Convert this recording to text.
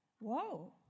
Whoa